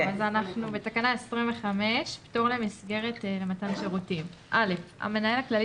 "פטור למסגרת למתן שירותים 25. המנהל הכללי